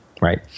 Right